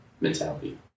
mentality